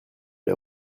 les